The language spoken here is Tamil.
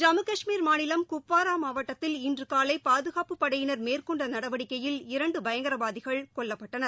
ஜம்மு கஷ்மீர் மாநிலம் குப்வாரா மாவட்டத்தில் இன்று காலை பாதுகாப்பு படையினர் மேற்கொண்ட நடவடிக்கையில் இரண்டு பயங்கரவாதிகள் கொல்லப்பட்டனர்